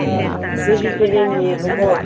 ꯚꯦꯖꯤꯇꯦꯔꯤꯌꯦꯟꯅꯦꯕꯀꯣ